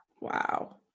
wow